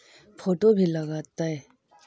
Photo भी लग तै?